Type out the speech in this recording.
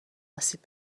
آسیب